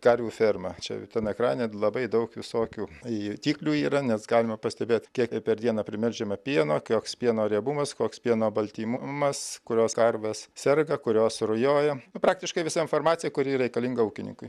karvių fermą čia ten ekrane labai daug visokių jutiklių yra nes galima pastebėt kiek per dieną primelžiame pieno koks pieno riebumas koks pieno baltymumas kurios karvės serga kurios rujoja nu praktiškai visa informacija kuri reikalinga ūkininkui